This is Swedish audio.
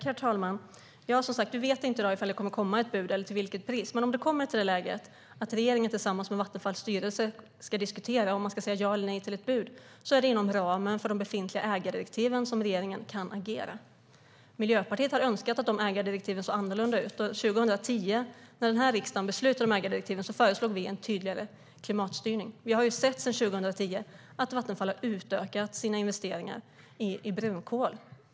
Herr talman! Som sagt vet vi inte om det kommer att komma ett bud och i så fall till vilket pris. Men om det kommer till det läget att regeringen tillsammans med Vattenfalls styrelse ska diskutera om man ska säga ja eller nej till ett bud är det inom ramen för de befintliga ägardirektiven som regeringen kan agera. Miljöpartiet önskar att de ägardirektiven såg annorlunda ut. När riksdagen beslutade om ägardirektiven 2010 föreslog vi en tydligare klimatstyrning. Sedan 2010 har vi sett att Vattenfall har utökat sina investeringar i brunkol.